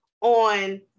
on